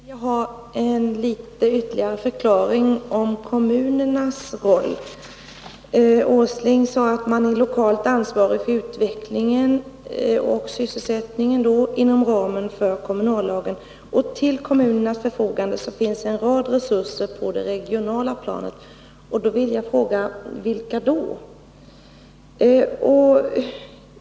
Herr talman! Jag skulle gärna vilja ha en ytterligare förklaring om kommunernas roll. Nils Åsling sade att man är lokalt ansvarig för utvecklingen och sysselsättningen inom ramen för kommunallagen och att till kommunernas förfogande finns en rad resurser på det regionala planet. Då vill jag fråga: Vilka resurser?